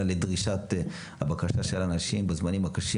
אלא לדרישת הבקשה של האנשים בזמנים הקשים,